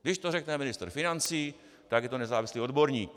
Když to řekne ministr financí, tak je to nezávislý odborník.